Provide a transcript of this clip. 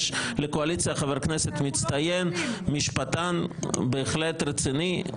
יש בקואליציה חבר כנסת מצטיין, משפטן בהחלט רציני.